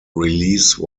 release